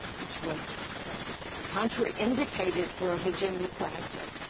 which was contraindicated for a virginia planter.